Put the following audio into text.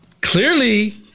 Clearly